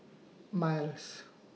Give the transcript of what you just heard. Miles